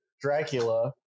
Dracula